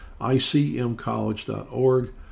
icmcollege.org